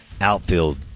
outfield